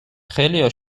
خیلیا